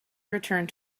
returned